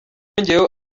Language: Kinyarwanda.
yongeyeho